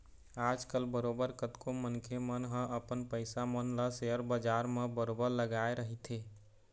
आजकल बरोबर कतको मनखे मन ह अपन पइसा मन ल सेयर बजार म बरोबर लगाए रहिथे